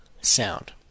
sound